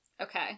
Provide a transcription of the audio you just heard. Okay